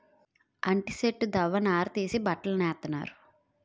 అంటి సెట్టు దవ్వ నార తీసి బట్టలు నేత్తన్నారు